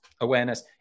awareness